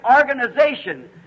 organization